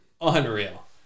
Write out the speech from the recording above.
unreal